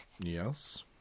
Yes